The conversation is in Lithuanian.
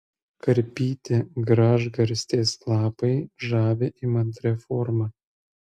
karpyti gražgarstės lapai žavi įmantria forma